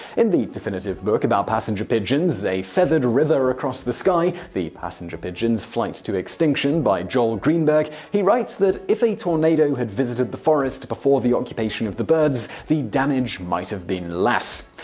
in the definitive book about passenger pigeons, a feathered river across the sky the passenger pigeon's flight to extinction by joel greenberg, he writes that if a tornado had visited the forest before the occupation of birds, the damage might have been less,